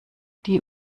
die